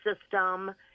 system